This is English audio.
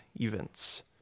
events